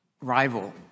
rival